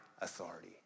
authority